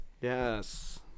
Yes